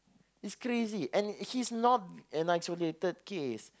is crazy and he's not an isolated case